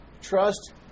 trust